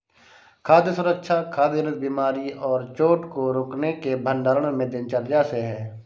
खाद्य सुरक्षा खाद्य जनित बीमारी और चोट को रोकने के भंडारण में दिनचर्या से है